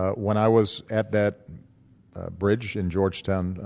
when i was at that bridge in georgetown,